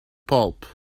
pulp